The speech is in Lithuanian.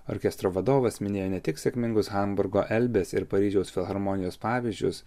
orkestro vadovas minėjo ne tik sėkmingus hamburgo elbės ir paryžiaus filharmonijos pavyzdžius